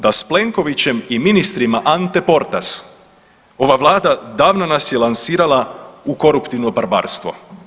Da s Plenkovićem i ministrima ante portas ova Vlada davno nas je lansirala u koruptivno barbarstvo.